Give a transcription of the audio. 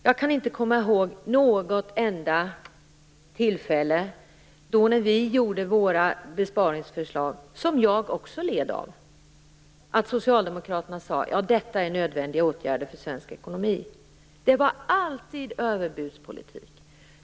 Jag kan nämligen inte komma ihåg att Socialdemokraterna vid något enda tillfälle då vi lade fram våra besparingsförslag - som också jag led av - sade att detta var nödvändiga åtgärder för svensk ekonomi. Det handlade alltid om överbudspolitik.